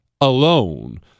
alone